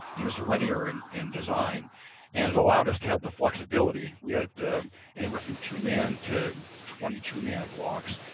it was linear in in design and it allowed us to have the flexibility. we had anywhere from two man to twenty two man blocks,